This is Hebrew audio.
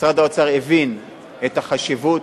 משרד האוצר הבין את החשיבות,